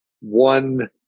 one